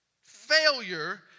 failure